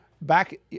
back